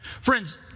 Friends